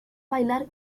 bailar